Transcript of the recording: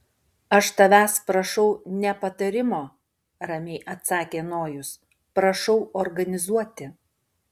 aš tavęs prašau ne patarimo ramiai atsakė nojus prašau organizuoti